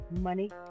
Money